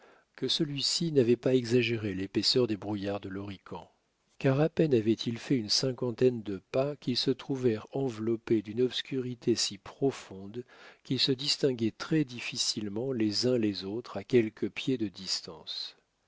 que celui-ci n'avait pas exagéré l'épaisseur des brouillards de l'horican car à peine avaient-ils fait une cinquantaine de pas qu'ils se trouvèrent enveloppés d'une obscurité si profonde qu'ils se distinguaient très difficilement les uns les autres à quelques pieds de distance